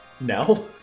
No